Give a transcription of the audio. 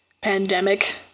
pandemic